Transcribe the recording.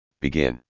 begin